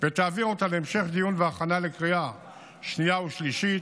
ותעביר אותה להמשך דיון והכנה לקריאה שנייה ושלישית